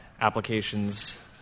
applications